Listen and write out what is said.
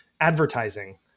Advertising